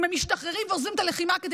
אם הם משתחררים ועוזבים את הלחימה כדי